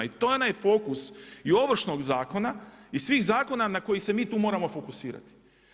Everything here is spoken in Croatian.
I to je onaj fokus i ovršnog zakona i svih zakona na koje se mi tu moramo fokusirati.